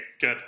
good